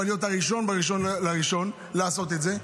כבר להיות הראשון ב-1 בינואר לעשות את זה,